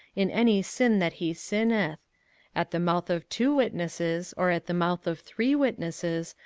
in any sin that he sinneth at the mouth of two witnesses, or at the mouth of three witnesses,